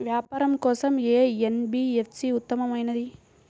వ్యాపారం కోసం ఏ ఎన్.బీ.ఎఫ్.సి ఉత్తమమైనది?